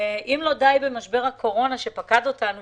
אם לא די במשבר הקורונה שפקד אותנו